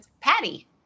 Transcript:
Patty